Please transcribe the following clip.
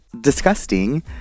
disgusting